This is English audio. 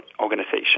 organization